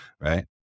right